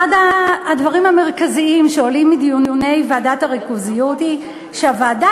אחד הדברים המרכזיים שעולים מדיוני ועדת הריכוזיות הוא שהוועדה